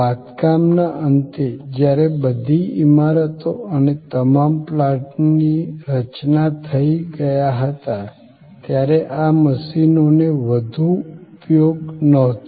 બાંધકામના અંતે જ્યારે બધી ઇમારતો અને તમામ પ્લાન્ટની રચના થઈ ગયા હતા ત્યારે આ મશીનોનો વધુ ઉપયોગ નહોતો